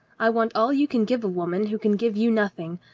i want all you can give a woman who can give you nothing.